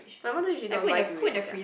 but why then she don't want buy durian sia